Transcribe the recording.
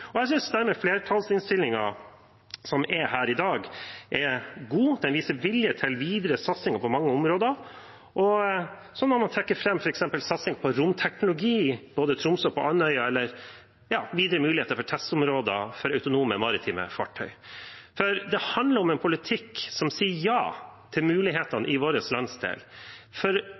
Jeg synes den flertallsinnstillingen som er her i dag, er god. Den viser vilje til videre satsing på mange områder. Jeg vil trekke fram f.eks. satsing på romteknologi både i Tromsø og på Andøya eller videre muligheter for testområder for autonome maritime fartøy. Det handler om en politikk som sier ja til mulighetene i vår landsdel,